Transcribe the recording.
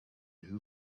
who